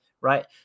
right